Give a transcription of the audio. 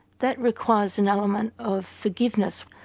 that requires an element of forgiveness,